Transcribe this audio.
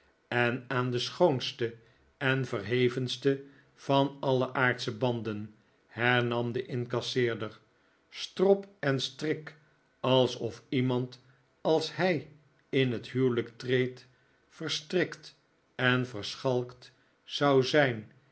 en aan de schoonste en verhevenste van alle aardsche banden hernam de incasseerder strop en strik alsof iemand als hij in het huwelijk treedt verstrikt en verschalkt zou zijn